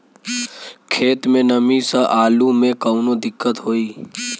खेत मे नमी स आलू मे कऊनो दिक्कत होई?